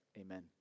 Amen